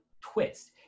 twist